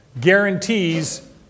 guarantees